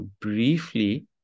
briefly